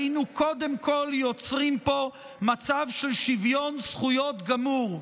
היינו קודם כול יוצרים פה מצב של שוויון זכויות גמור"